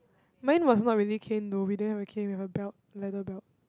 mine was not really cane though we didn't have a cane we have a belt leather belt